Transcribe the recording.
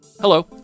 Hello